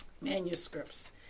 manuscripts